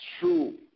true